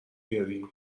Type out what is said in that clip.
بیاری